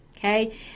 Okay